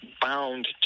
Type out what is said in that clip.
bound